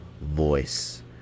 voice